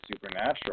supernatural